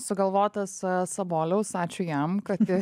sugalvotas saboliaus ačiū jam kad